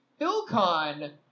Philcon